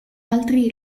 altri